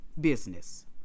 business